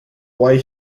why